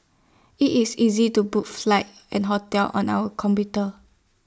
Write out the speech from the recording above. IT is easy to book flights and hotels on our computer